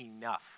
enough